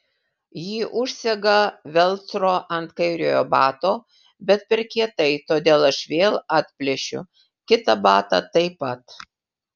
ji užsega velcro ant kairiojo bato bet per kietai todėl aš vėl atplėšiu kitą batą taip pat